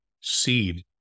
seed